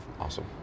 Awesome